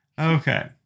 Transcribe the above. Okay